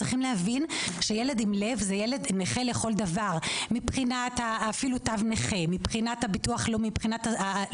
צריך להבין שילד עם בעיות בלב הוא ילד נכה לכל דבר מבחינת ביטוח הלאומי,